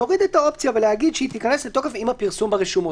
להגיד את האופציה ולהגיד שהיא תיכנס לתקוף עם הפרסום ברשומות?